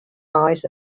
eyes